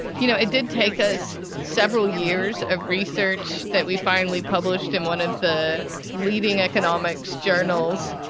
you know, it did take us several years of research that we finally published in one of the leading economics journals,